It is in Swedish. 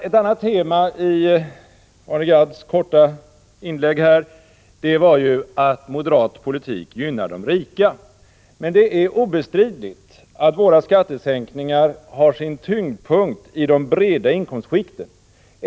Ett annat tema i Arne Gadds korta inlägg här var att moderat politik gynnar de rika. Det är obestridligt att våra skattesänkningar har sin tyngdpunkt i de breda inkomstskikten.